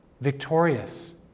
victorious